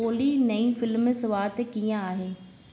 ऑली नई फिल्म स्वात कीअं आहे